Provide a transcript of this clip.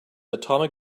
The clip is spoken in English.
atomic